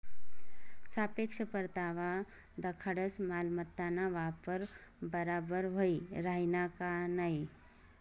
सापेक्ष परतावा दखाडस मालमत्ताना वापर बराबर व्हयी राहिना का नयी